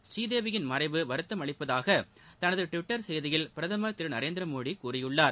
ஸ்ரீதேவியின் மறைவு வருத்தமளிட்டதாக தனது டுவிட்டர் செய்தியில்பிரதமர் திரு நரேந்திர மோடி கூறியுள்ளார்